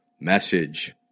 message